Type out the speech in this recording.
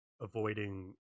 avoiding